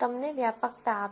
તમને વ્યાપકતા આપશે